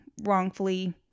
wrongfully